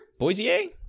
Boisier